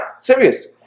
serious